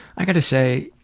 i gotta say.